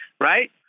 right